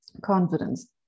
confidence